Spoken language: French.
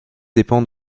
dépend